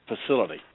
facility